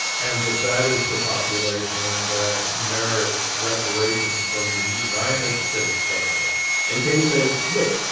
and that that is the population that merits reparations from the united states government and sandy says, look,